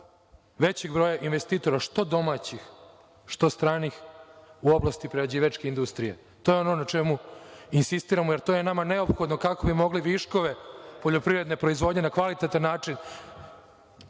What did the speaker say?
većeg broja investitora što domaćih, što stranih u oblasti prerađivačke industrije. To je ono na čemu insistiramo, jer to je nama neophodno kako bi mogli viškove poljoprivredne proizvodnje na kvalitetan način